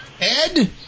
Ed